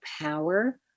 power